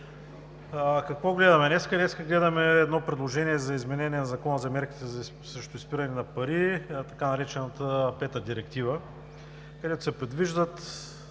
Какво гледаме днес? Гледаме едно предложение за изменение на Закона за мерките срещу изпирането на пари, така наречената Пета директива, където се предвиждат